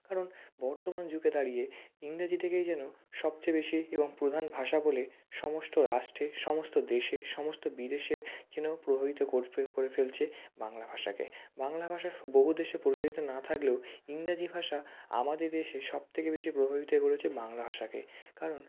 কারণ বর্তমান যুগে দাঁড়িয়ে ইংরেজি থেকেই যেন সবচেয়ে বেশি এবং প্রধান ভাষা বলে সমস্ত রাষ্ট্রে সমস্ত দেশে সমস্ত বিদেশে কেন প্রভাবিত করে ফেলছে বাংলা ভাষাকে বাংলা ভাষা বহু দেশে প্রচলিত না থাকলেও ইংরাজি ভাষা আমাদের দেশে সব থেকে বেশি প্রভাবিত করেছে বাংলা ভাষাকে কারণ